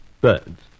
Birds